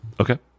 Okay